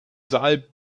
saal